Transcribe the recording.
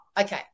okay